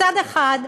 מצד אחד,